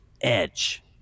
edge